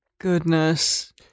Goodness